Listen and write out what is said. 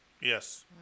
Yes